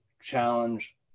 challenge